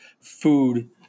food